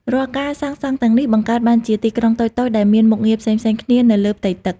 រាល់ការសាងសង់ទាំងនេះ បង្កើតបានជាទីក្រុងតូចៗដែលមានមុខងារផ្សេងៗគ្នានៅលើផ្ទៃទឹក។